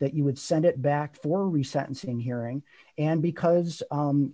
that you would send it back for re sentencing hearing and because